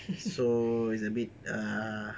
so it's a bit err